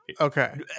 Okay